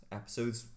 episodes